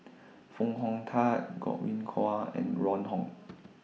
Foo Hong Tatt Godwin Koay and Ron Wong